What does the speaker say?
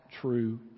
true